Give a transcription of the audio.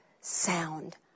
sound